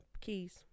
Keys